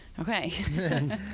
Okay